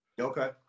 okay